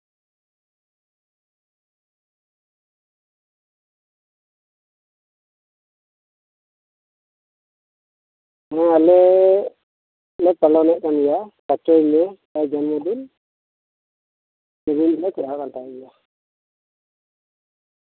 ᱟᱞᱮ ᱞᱮ ᱯᱟᱞᱚᱱᱮᱫ ᱠᱟᱱ ᱜᱮᱭᱟ ᱯᱟᱸᱪᱮᱭ ᱢᱮ ᱡᱚᱱᱢᱚ ᱫᱤᱱ ᱞᱮ ᱯᱟᱞᱚᱱᱮᱫ ᱠᱟᱱ ᱜᱮᱭᱟ